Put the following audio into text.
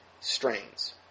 strains